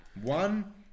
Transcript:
One